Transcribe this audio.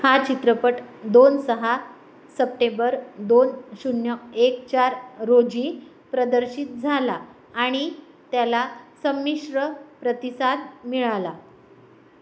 हा चित्रपट दोन सहा सप्टेंबर दोन शून्य एक चार रोजी प्रदर्शित झाला आणि त्याला संमिश्र प्रतिसाद मिळाला